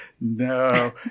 No